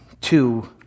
two